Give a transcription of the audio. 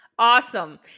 Awesome